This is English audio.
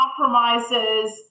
compromises